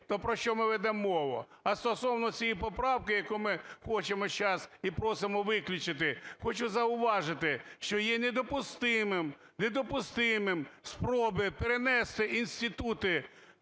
То про що ми ведемо мову? А стосовно цієї поправки, яку ми хочемо сейчас і просимо виключити, хочу зауважити, що є недопустимим, недопустимим спроби перенести інститути